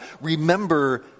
remember